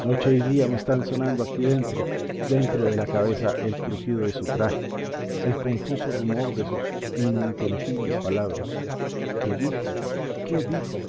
noche y día me están sonando aquí dentro dentro de la cabeza el crujido de su traje el confuso rumor de sus ininteligibles palabras qué dijo qué dijo